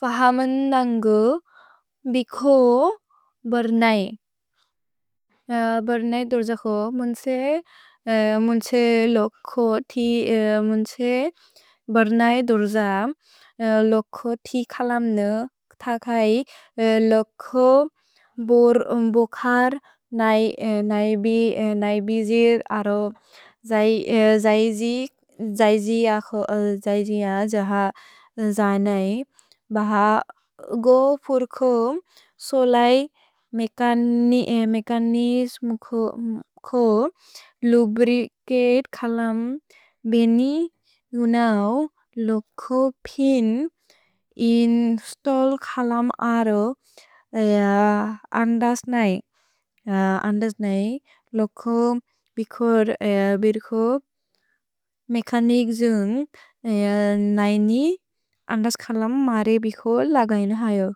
फहमन् नन्गु बिको बर्नै। भर्नै दुर्ज क्सो मुन्त्से बर्नै दुर्ज लोको ति खलम्नु। तकै लोको बोर् बोकर् नैबिजिर् अरो जैजिअ जह जनै। भह गोपुर् को सोलेइ मेकनिस्मु को लुब्रिकित् खलम्। भेने उनौ लोको पिन् इन्स्तल्ल् खलम् अरो अन्दस् नै। अन्दस् नै लोको बिकोर् बिर् को मेकनिक् जुन्ग् नैनि अन्दस् खलम् मरे बिकोर् लगैन् हजो।